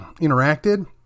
interacted